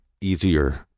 easier